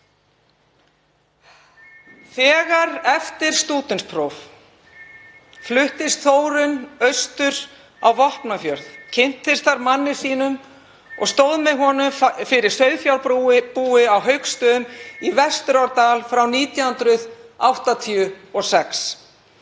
Þegar eftir stúdentspróf fluttist Þórunn austur á Vopnafjörð, kynntist þar manni sínum og stóð með honum fyrir sauðfjárbúi á Hauksstöðum í Vesturárdal frá 1986.